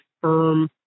firm